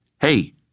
Hey